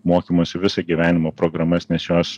mokymosi visą gyvenimą programas nes jos